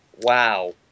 Wow